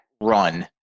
run